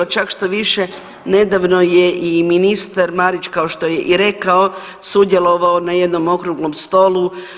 Čak štoviše nedavno je i ministar Marić kao što je i rekao sudjelovao na jednom okruglom stolu.